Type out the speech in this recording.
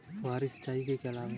फुहारी सिंचाई के क्या लाभ हैं?